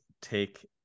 take